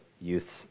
youth's